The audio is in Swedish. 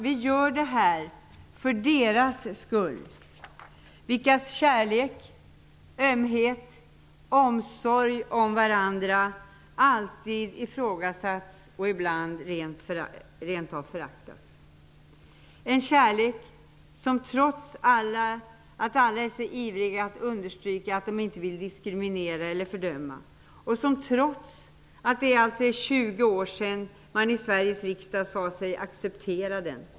Vi gör det här för de människors skull vilkas kärlek, ömhet och omsorg om varandra alltid har ifrågasatts och ibland rent av föraktats. Alla människor är så ivriga att understryka att de inte vill diskriminera eller fördöma denna kärlek, och det är 20 år sedan man i Sveriges riksdag sade sig acceptera den.